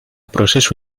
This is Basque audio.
prozesu